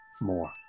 more